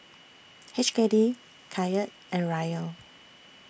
H K D Kyat and Riel